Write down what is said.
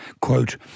quote